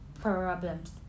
problems